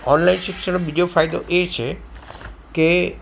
online શિક્ષણ બીજો ફાયદો એ છે કે